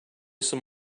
some